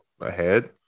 ahead